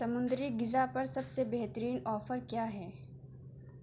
سمندری غذا پر سب سے بہترین آفر کیا ہے